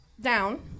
down